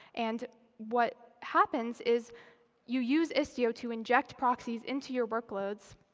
and what happens is you use istio to inject proxies into your workloads.